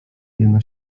jeno